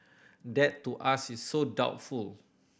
that to us is so doubtful